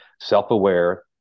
self-aware